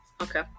Okay